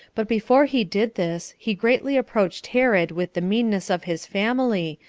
but before he did this, he greatly reproached herod with the meanness of his family,